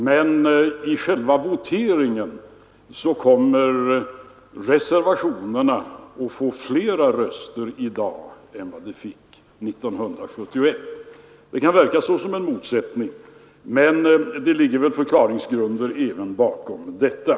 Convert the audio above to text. Men i själva voteringen kommer reservationerna att få fler röster i dag än vad de fick år 1971. Det kan verka såsom en motsättning, men det ligger väl förklaringsgrunder även bakom detta.